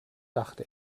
dachte